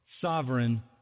sovereign